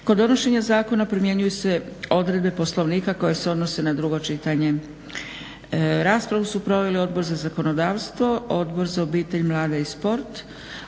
Kod donošenja ovog zakona primjenjuju se odredbe Poslovnika koje se odnose na drugo čitanje. Raspravu su proveli Odbor za zakonodavstvo, Odbor za obitelj, mlade i sport,